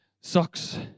socks